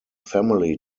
family